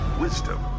wisdom